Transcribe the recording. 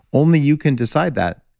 only you can decide that.